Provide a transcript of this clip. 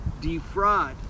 defraud